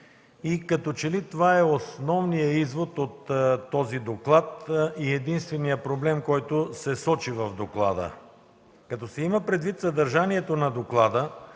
- като че ли това е основният извод от този доклад и единственият проблем, който се случва в доклада. Като се има предвид съдържанието на доклада,